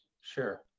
Sure